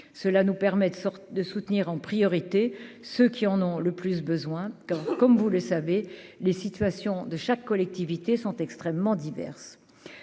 cela nous permet de sorte de soutenir en priorité ceux qui en ont le plus besoin, quand, comme vous le savez, les situations de chaque collectivité sont extrêmement diverses,